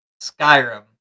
Skyrim